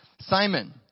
Simon